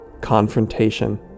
confrontation